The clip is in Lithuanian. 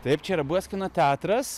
taip čia yra buvęs kino teatras